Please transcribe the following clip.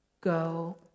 go